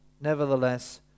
nevertheless